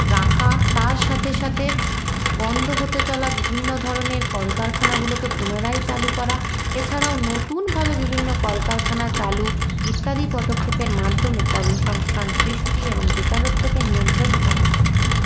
রাখা তার সাথে সাথে বন্ধ হতে চলা বিভিন্ন ধরনের কলকারখানাগুলোকে পুনরায় চালু করা এ ছাড়াও নতুন ভাবে বিভিন্ন কলকারখানা চালু ইত্যাদি পদক্ষেপের মাধ্যমে কর্মসংস্থান সৃষ্টি এবং বেকারত্বকে নিয়ন্ত্রণ করা যেতে পারে